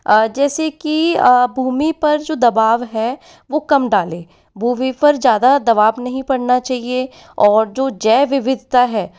जैसे की भूमि पर जो दबाव है वो कम डालें भूमि पर ज़्यादा दबाव नहीं पड़ना चाहिए और जो जैव विविधता है